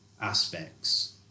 aspects